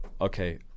okay